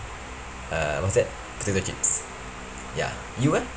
uh what's that potato chips ya you eh